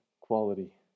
quality